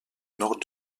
nord